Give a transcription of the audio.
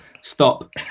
stop